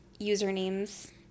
usernames